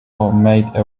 made